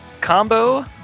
Combo